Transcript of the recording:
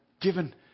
given